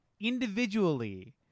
individually